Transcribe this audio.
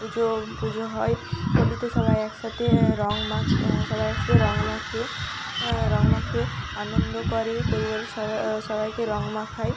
পুজো পুজো হয় হোলিতে সবাই একসাথে রঙ মাখে সবাই এক সাথে রঙ মাখে রঙ মাখিয়ে আনন্দ করে পরিবারের সবা সবাইকে রঙ মাখায়